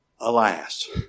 Alas